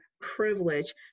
privilege